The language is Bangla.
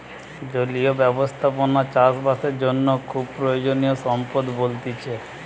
জলীয় ব্যবস্থাপনা চাষ বাসের জন্য খুবই প্রয়োজনীয় সম্পদ বলতিছে